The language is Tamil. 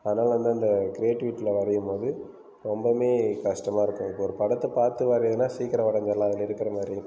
அதனால் வந்து அந்த க்ரியேட்டிவிட்யில வரையும்போது ரொம்பவுமே கஷ்டமாக இருக்கும் ஒரு படத்தை பார்த்து வரையுதுனா சீக்கிரம் வரஞ்சிரலாம் அதில் இருக்கிற மாதிரி